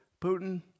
Putin